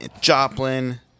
Joplin